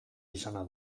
izana